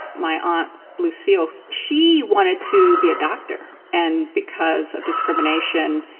my aunt, lucille, she wanted to be a doctor and because of discrimination,